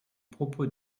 propos